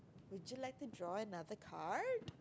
would you like to draw another card